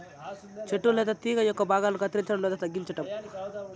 చెట్టు లేదా తీగ యొక్క భాగాలను కత్తిరించడం లేదా తగ్గించటం